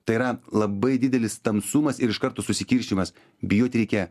tai yra labai didelis tamsumas ir iš karto susikiršinimas bijot reikia